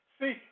See